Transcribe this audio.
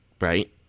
right